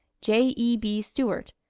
j. e. b. stuart,